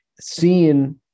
seeing